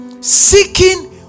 seeking